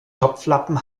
topflappen